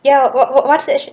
ya what what what's that